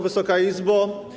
Wysoka Izbo!